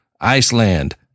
Iceland